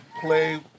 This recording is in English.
play